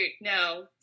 no